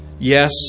Yes